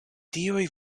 tiuj